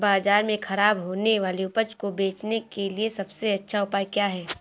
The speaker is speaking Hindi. बाज़ार में खराब होने वाली उपज को बेचने के लिए सबसे अच्छा उपाय क्या हैं?